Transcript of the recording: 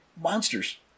monsters